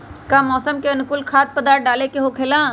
का मौसम के अनुकूल खाद्य पदार्थ डाले के होखेला?